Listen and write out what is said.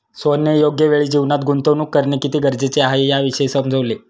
सोहनने योग्य वेळी जीवनात गुंतवणूक करणे किती गरजेचे आहे, याविषयी समजवले